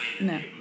No